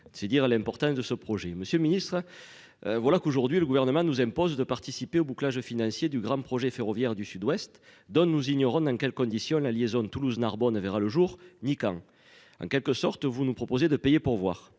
C'est dire l'importance de ce projet. Monsieur le Ministre. Voilà qu'aujourd'hui le gouvernement nous impose de participer au bouclage financier du grand projet ferroviaire du Sud-Ouest dont nous ignorons dans quelles conditions la liaison Toulouse-Narbonne elle verra le jour. Michael en quelque sorte vous nous proposer de payer pour voir.